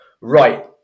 right